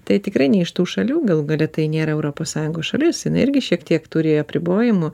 tai tikrai ne iš tų šalių galų gale tai nėra europos sąjungos šalis jinai irgi šiek tiek turi apribojimų